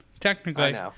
Technically